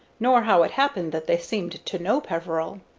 nor how it happened that they seemed to know peveril.